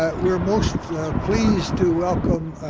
ah we're most pleased to welcome